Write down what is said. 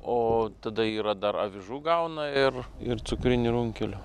o tada yra dar avižų gauna ir ir cukrinių runkelių